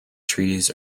trees